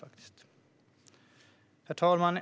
Herr talman!